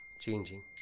changing